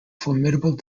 formidable